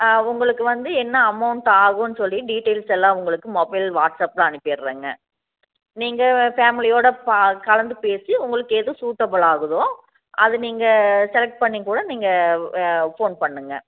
உங்களுக்கு வந்து என்ன அமெளண்ட் ஆகும்னு சொல்லி டீடெயில்ஸ் எல்லாம் உங்களுக்கு மொபைல் வாட்ஸ்அப்பில் அனுப்பிடுறேங்க நீங்கள் ஃபேம்லிவோடு கலந்து பேசி உங்களுக்கு எது சூட்டபுளாகுதோ அது நீங்கள் செலக்ட் பண்ணி கூட நீங்கள் ஃபோன் பண்ணுங்க